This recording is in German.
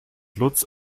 lutz